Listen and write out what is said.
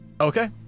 okay